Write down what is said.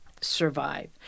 survive